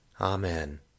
Amen